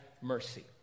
mercy